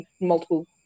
multiple